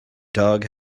dog